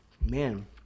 man